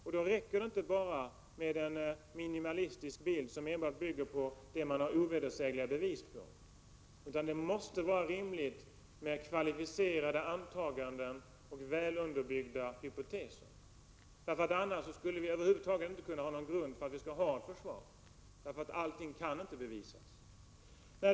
Och då räcker det inte med en minimalistisk bild, som enbart bygger på det man har ovedersägliga bevis på, utan det måste vara rimligt att begära att man skall komma med kvalificerade antaganden och väl underbyggda hypoteser. Annars skulle vi över huvud taget inte ha någon grund för ett försvar, för allting kan inte bevisas.